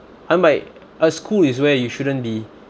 I mean by uh school is where you shouldn't be